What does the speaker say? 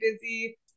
busy